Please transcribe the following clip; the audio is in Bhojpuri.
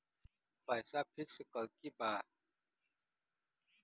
पैसा पिक्स करके बा?